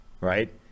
right